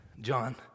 John